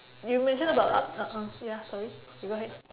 you mentioned about ah ah ah ya sorry you go ahead